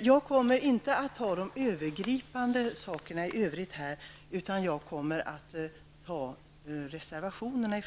Jag kommer här inte att ta upp de övergripande frågorna, utan jag kommer i första hand att ta upp reservationerna.